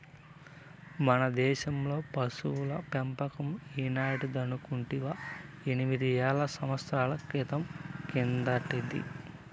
మన దేశంలో పశుల పెంపకం ఈనాటిదనుకుంటివా ఎనిమిది వేల సంవత్సరాల క్రితం కిందటిది